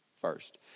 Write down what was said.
first